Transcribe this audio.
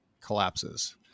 collapses